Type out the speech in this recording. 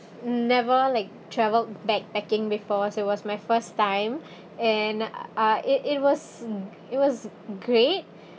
never like travelled backpacking before so it was my first time and uh it it was g~ it was great